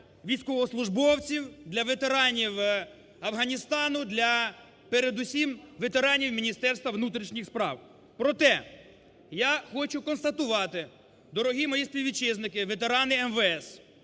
військовослужбовців, для ветеранів Афганістану, для передусім ветеранів Міністерства внутрішніх справ. Проте, я хочу констатувати, дорогі мої співвітчизники ветерани МВС,